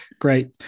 Great